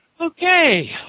Okay